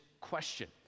question